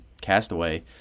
Castaway